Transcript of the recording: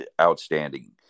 outstanding